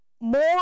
more